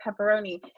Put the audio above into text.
pepperoni